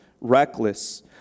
reckless